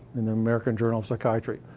in the american journal of psychiatry,